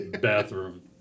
Bathroom